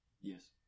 Yes